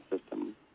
system